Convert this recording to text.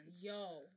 Yo